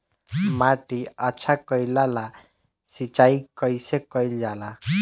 माटी अच्छा कइला ला सिंचाई कइसे कइल जाला?